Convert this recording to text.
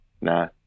Nah